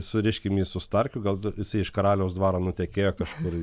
suriškim jį su starkiu gal jisai iš karaliaus dvaro nutekėjo kažkur į